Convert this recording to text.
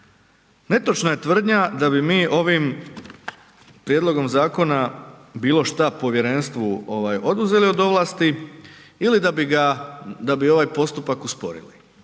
Netočna je tvrdnja da bi mi ovim prijedlogom zakona bilo šta povjerenstvu oduzeli od ovlasti ili da bi ovaj postupak usporili.